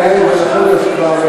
תקרא את "דירה להשכיר".